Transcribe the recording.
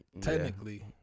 technically